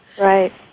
Right